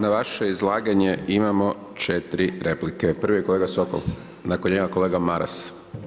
Na vaše izlaganje imamo 4 replike, prvi je kolega Sokol, nakon njega kolega Maras.